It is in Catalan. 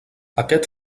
aquest